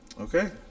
Okay